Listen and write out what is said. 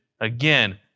again